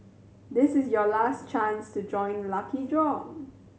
this is your last chance to join the lucky draw